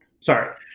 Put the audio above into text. Sorry